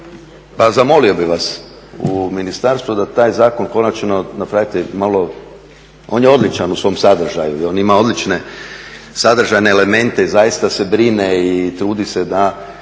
pa zamolio bih vas u ministarstvu da taj zakon konačno napravite malo, on je odličan u svom sadržaju i on ima odlične sadržajne elemente i zaista se brine i trudi se da